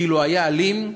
כאילו היה אלים,